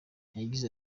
yagize